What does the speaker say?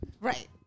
Right